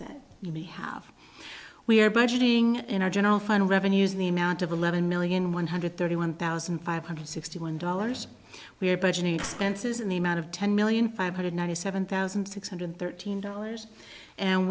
that you may have we are budgeting in our general fund revenues in the amount of eleven million one hundred thirty one thousand five hundred sixty one dollars we are budgeting expenses in the amount of ten million five hundred ninety seven thousand six hundred thirteen dollars and